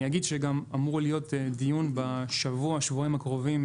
אני אגיד שאמור להיות דיון בשבוע-שבועיים הקרובים